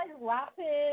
laughing